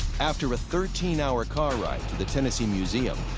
after a thirteen hour car ride to the tennessee museum,